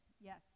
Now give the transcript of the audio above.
yes